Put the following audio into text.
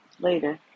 later